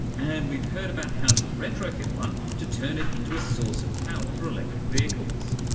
and we've heard about how to retro-fit one to turn it into a source of power for electric vehicles.